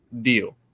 deal